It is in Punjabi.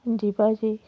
ਹਾਂਜੀ ਭਾਅ ਜੀ